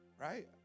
Right